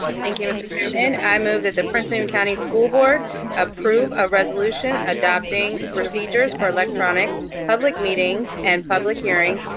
thank you, mr. chairman. i move that the prince william county school board approve a resolution adopting procedures for electronic public meetings and public hearings,